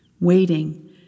Waiting